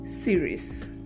series